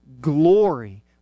glory